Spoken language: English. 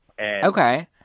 Okay